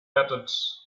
methods